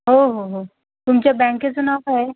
हो हो हो तुमच्या बँकेचं नाव काय आहे